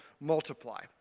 Multiply